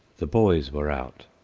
the boys were out.